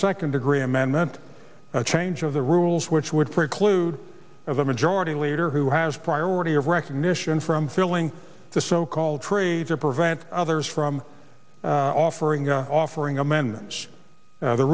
second degree amendment a change of the rules which would preclude a majority leader who has priority of recognition from filling the so called trades or prevent others from offering offering amendments